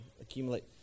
accumulate